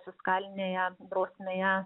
fiskalinėje drausmėje